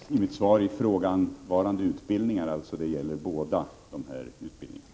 Herr talman! Jag har i mitt svar sagt ”ifrågavarande utbildningar”. Det gäller alltså båda utbildningarna.